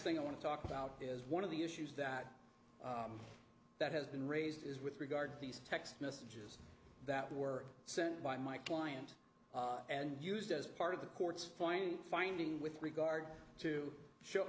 thing i want to talk about is one of the issues that that has been raised is with regard to these text messages that were sent by my client and used as part of the court's fine finding with regard to show